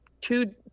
two